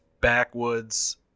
backwoods